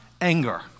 anger